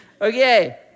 Okay